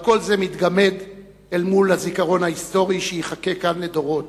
אבל כל זה מתגמד אל מול הזיכרון ההיסטורי שייחקק כאן לדורות,